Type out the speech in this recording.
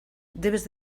debes